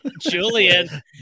Julian